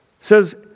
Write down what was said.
Says